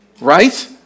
Right